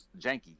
janky